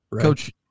Coach